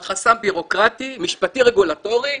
על חסם בירוקרטי, משפטי, רגולטורי.